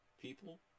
people